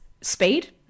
speed